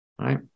right